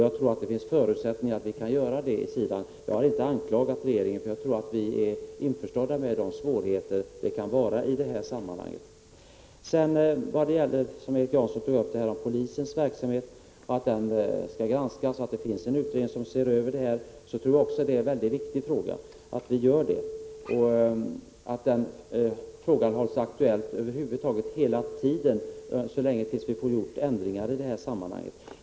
Jag tror att det finns förutsättningar att göra det. Jag har inte anklagat regeringen, för vi är införstådda med att det kan finnas svårigheter. Erik Janson talade också om att polisens verksamhet skall granskas och att det finns en utredning som ser över denna fråga. Jag tror också att det är mycket viktigt att detta sker och att frågan hålls aktuell hela tiden tills vi får en ändring till stånd i detta sammanhang.